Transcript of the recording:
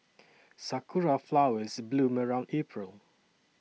sakura flowers bloom around April